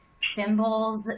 symbols